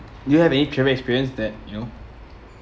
do you have any travel experience that you know